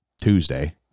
Tuesday